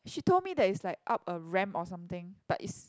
she told me that it's like up a ramp or something but it's